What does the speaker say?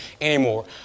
anymore